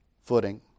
footing